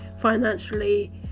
financially